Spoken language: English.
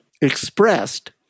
expressed